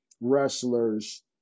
wrestlers